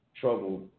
trouble